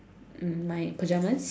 um my pajamas